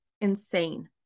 insane